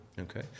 Okay